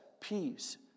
peace